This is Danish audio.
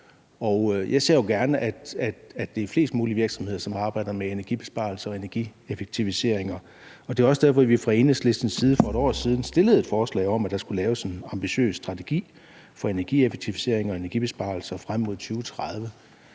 jeg ser jo gerne, at det er flest mulige virksomheder, som arbejder med energibesparelser og energieffektiviseringer. Det er også derfor, at vi fra Enhedslistens side for et år siden fremsatte et forslag om, at der skulle laves en ambitiøs strategi for energieffektiviseringer og energibesparelser frem mod 2030.